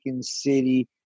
city